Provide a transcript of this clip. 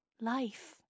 Life